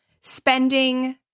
spending